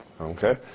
Okay